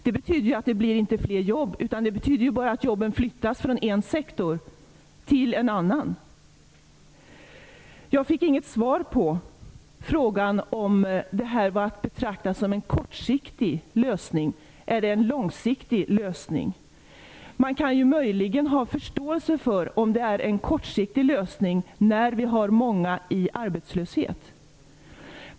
Det betyder att det inte blir fler jobb. Det betyder bara att jobben flyttas från en sektor till en annan. Jag fick inget svar på frågan om det här var att betrakta som en kortsiktig lösning, eller om det är en långsiktig lösning. Man kan möjligen ha förståelse för det som en kortsiktig lösning när vi har många i arbetslöshet.